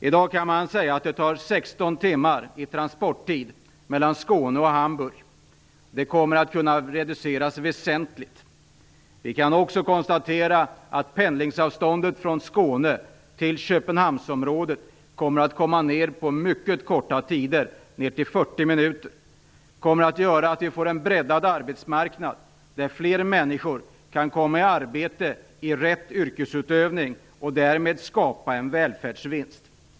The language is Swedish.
I dag kan man säga att transporttiden mellan Skåne och Hamburg är 16 timmar. Den tiden kommer att kunna reduceras väsentligt. Pendlingstiden från Skåne till Köpenhamnsområdet kommer att ligga på mycket korta tider, ner till 40 minuter. Det kommer att leda till att vi får en breddad arbetsmarknad där fler människor kan komma i arbete i rätt yrkesutövning. Därmed skapas det en välfärdsvinst.